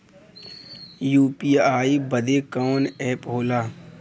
UPI बदे कवन app होला?